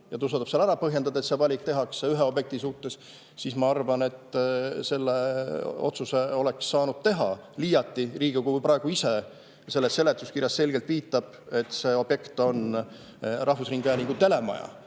ja suudab ära põhjendada, miks see valik tehakse ühe objekti suhtes, siis ma arvan, et selle otsuse saaks teha. Liiati Riigikogu praegu ise selles seletuskirjas selgelt viitab, et see objekt on rahvusringhäälingu telemaja.